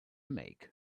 make